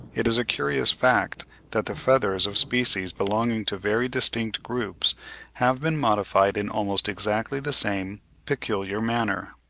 it is a curious fact that the feathers of species belonging to very distinct groups have been modified in almost exactly the same peculiar manner.